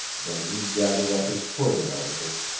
then he gathered up his toilet articles,